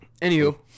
Anywho